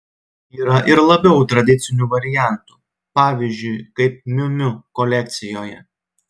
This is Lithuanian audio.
yra ir labiau tradicinių variantų pavyzdžiui kaip miu miu kolekcijoje